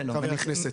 חבר הכנסת,